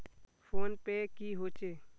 Phone पै की होचे?